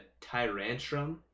Tyrantrum